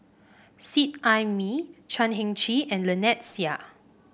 Seet Ai Mee Chan Heng Chee and Lynnette Seah